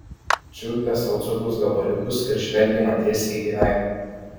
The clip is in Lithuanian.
čiulpė sau cukraus gabaliukus ir žvelgė man tiesiai į veidą